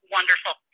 Wonderful